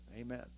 amen